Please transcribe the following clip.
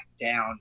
down